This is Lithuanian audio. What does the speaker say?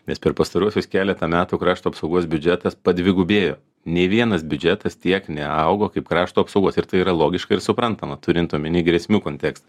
nes per pastaruosius keletą metų krašto apsaugos biudžetas padvigubėjo nei vienas biudžetas tiek neaugo kaip krašto apsaugos ir tai yra logiška ir suprantama turint omeny grėsmių kontekstą